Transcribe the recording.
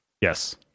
Yes